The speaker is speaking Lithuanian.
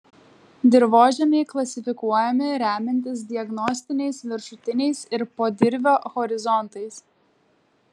dirvožemiai klasifikuojami remiantis diagnostiniais viršutiniais ir podirvio horizontais